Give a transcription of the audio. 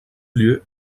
lieu